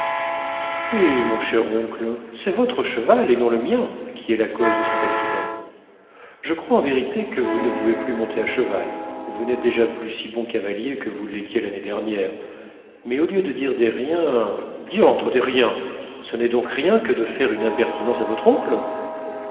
eh mon cher oncle c'est votre cheval et non le mien qui est la cause de cet accident je crois en vérité que vous ne pouvez plus monter à cheval vous n'êtes déjà plus si bon cavalier que vous l'étiez l'année dernière mais au lieu de dire des riens diantre des riens ce n'est donc rien que de faire une impertinence à votre oncle